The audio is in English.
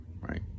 right